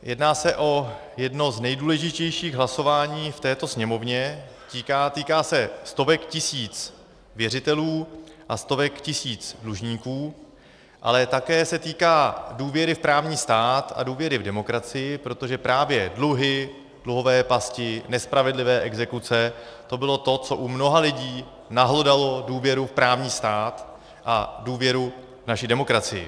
Jedná se o jedno z nejdůležitějších hlasování v této Sněmovně, týká se stovek tisíc věřitelů a stovek tisíc dlužníků, ale také se týká důvěry v právní stát a důvěry v demokracii, protože právě dluhy, dluhové pasti, nespravedlivé exekuce, to bylo to, co u mnoha lidí nahlodalo důvěru v právní stát a důvěru v naši demokracii.